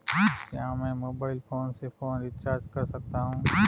क्या मैं mobile phone से फोन रिचार्ज कर सकता हूं?